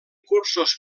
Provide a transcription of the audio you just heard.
cursos